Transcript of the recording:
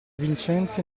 vincenzi